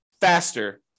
faster